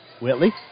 Whitley